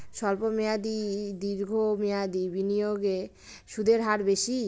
স্বল্প মেয়াদী না দীর্ঘ মেয়াদী বিনিয়োগে সুদের হার বেশী?